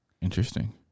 Interesting